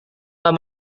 pak